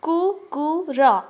କୁକୁର